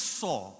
saw